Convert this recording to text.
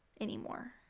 anymore